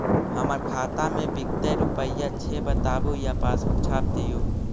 हमर खाता में विकतै रूपया छै बताबू या पासबुक छाप दियो?